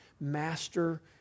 master